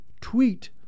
tweet